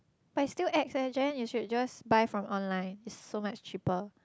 but it's still ex eh Jen you should just buy from online it's so much cheaper